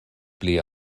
pli